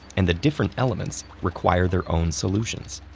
and the different elements require their own solutions.